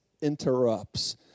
interrupts